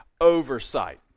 oversight